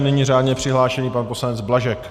Nyní řádně přihlášený pan poslanec Blažek.